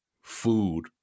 food